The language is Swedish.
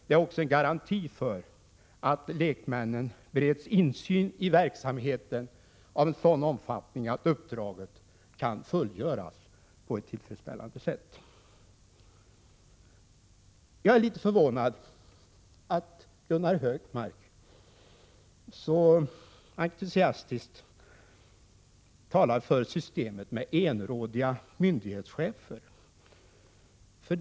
Det är också en garanti för att lekmännen bereds insyn i verksamheten av en sådan omfattning att uppdraget kan fullgöras på ett tillfredsställande sätt. Jag är litet förvånad över att Gunnar Hökmark så entusiastiskt talar för systemet med enrådiga myndighetschefer.